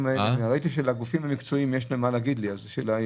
ראיתי שלגופים המקצועיים יש מה לומר לי.